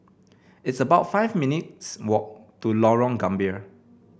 it's about five minutes' walk to Lorong Gambir